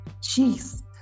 Jeez